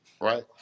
right